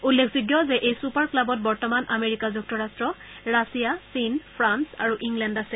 উল্লেখযোগ্য যে এই ছুপাৰ ক্লাৱত বৰ্তমান আমেৰিকা যুক্তৰাষ্ট ৰাছিয়া চীন ফ্ৰান্স আৰু ইংলেণ্ড আছে